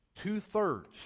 Two-thirds